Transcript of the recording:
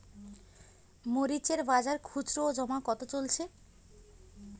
মরিচ এর বাজার খুচরো ও জমা কত চলছে?